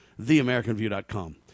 theamericanview.com